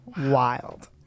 Wild